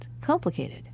complicated